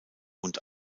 und